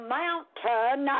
mountain